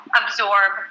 absorb